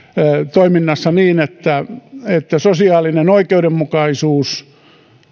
toiminnassa niin että että sosiaalinen oikeudenmukaisuus